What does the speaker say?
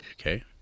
Okay